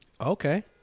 Okay